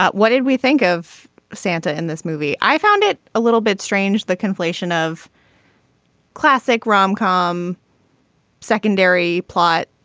but what did we think of santa in this movie. i found it a little bit strange. the conflation of classic rom com secondary plot.